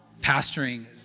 pastoring